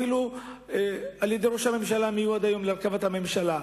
אפילו על-ידי ראש הממשלה המיועד היום להרכיב את הממשלה.